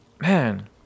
man